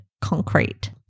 concrete